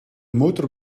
motor